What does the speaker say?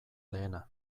lehena